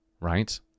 right